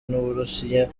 n’uburusiya